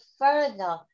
further